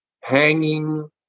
hanging